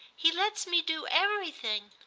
he lets me do everything.